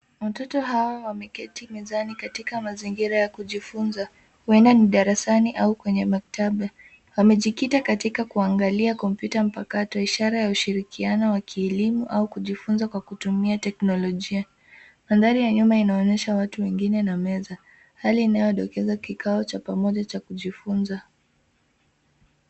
Watoto hawa wameketi mezani katika mazingira ya kujifunza, huenda ni darasani au kwenye maktaba. Wamejikita katika kuangalia kompyuta mpakato ishara ya ushirikiano wa kielimu au kujifunza kwa kutumia teknolojia. Mandhari ya nyuma inaonyesha watu wengine na meza. Hali inayodokeza kikao cha pamoja cha kujifunza.